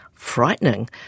frightening